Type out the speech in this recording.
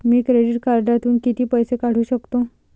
मी credit कार्डातून किती पैसे काढू शकतो?